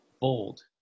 bold